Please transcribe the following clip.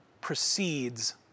precedes